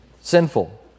Sinful